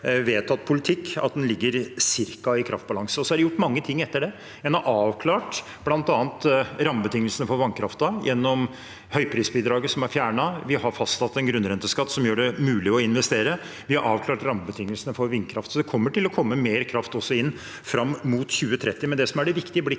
vedtatt politikk er en ca. i kraftbalanse. Så er det gjort mange ting etter det. En har avklart bl.a. rammebetingelsene for vannkraften gjennom høyprisbidraget, som er fjernet. Vi har fastsatt en grunnrenteskatt som gjør det mulig å investere. Vi har avklart rammebetingelsene for vindkraft. Det vil derfor komme mer kraft inn også fram mot 2030.